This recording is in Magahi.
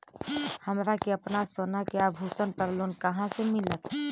हमरा के अपना सोना के आभूषण पर लोन कहाँ से मिलत?